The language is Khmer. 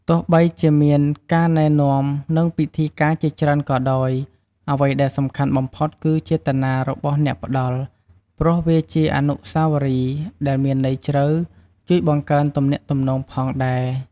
ទោះបីជាមានការណែនាំ និងពិធីការជាច្រើនក៏ដោយ អ្វីដែលសំខាន់បំផុតគឺ ចេតនារបស់អ្នកផ្តល់ ព្រោះវាជាអនុស្សាវរីយ៍ដែលមានន័យជ្រៅ ជួយបង្កើនទំនាក់ទំនងផងដែរ។